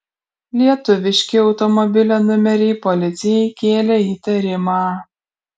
lietuviški automobilio numeriai policijai kėlė įtarimą